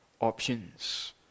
options